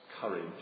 courage